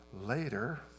later